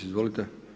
Izvolite.